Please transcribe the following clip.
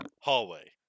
hallway